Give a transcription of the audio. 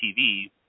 TV